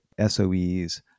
SOEs